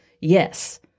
Yes